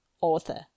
author